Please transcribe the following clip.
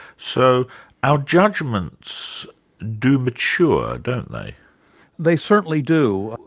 so our judgments do mature, don't they? they certainly do,